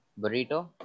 Burrito